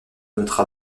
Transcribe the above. votera